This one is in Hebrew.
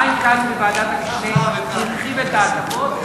חיים כץ בוועדת המשנה הרחיב את ההטבות,